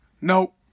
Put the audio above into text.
Nope